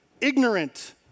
ignorant